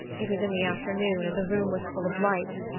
it was in the afternoon and the room was full of light.